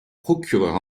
procureur